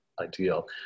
ideal